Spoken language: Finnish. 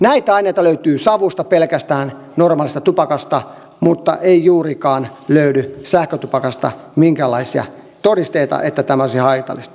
näitä aineita löytyy normaalista tupakasta savusta pelkästään mutta ei juurikaan löydy sähkötupakasta minkäänlaisia todisteita että tämä olisi haitallista